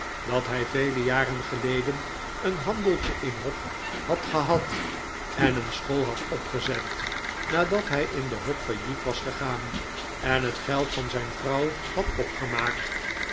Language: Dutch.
dat hij vele jaren geleden een handeltje in hop had gehad en een school had opgezet nadat hij in de hop failliet was gegaan en het geld van zijn vrouw had opgemaakt